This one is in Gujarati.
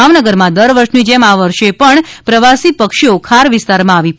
ભાવનગરમાં દર વર્ષેની જેમ આ વર્ષે પણ પ્રવાસી પક્ષીઓ ખાર વિસ્તારમાં આવી પહોચ્યા છે